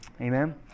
Amen